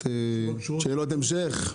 שאלות המשך.